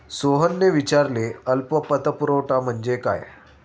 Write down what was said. सोहनने विचारले अल्प पतपुरवठा म्हणजे काय?